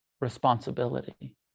responsibility